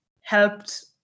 helped